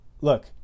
Look